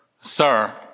Sir